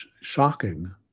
Shocking